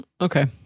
Okay